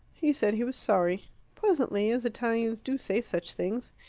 he said he was sorry pleasantly, as italians do say such things.